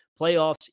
playoffs